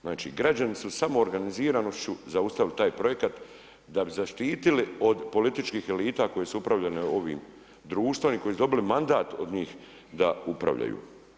Znači građani su samoorganiziranošću zaustavili taj projekat da bi zaštitili od političkih elita, koje su upravljale ovim društvom i koje su dobile mandat od njih da upravljaju.